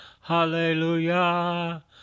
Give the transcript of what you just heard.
hallelujah